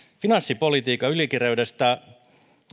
finanssipolitiikan ylikireydestä